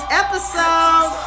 episode